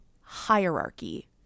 hierarchy